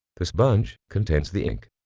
the sponge contains the ink.